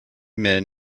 men